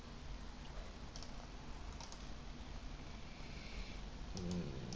mm